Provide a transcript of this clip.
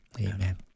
Amen